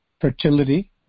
fertility